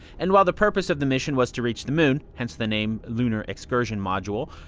and while the purpose of the mission was to reach the moon, hence the name lunar excursion module,